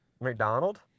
McDonald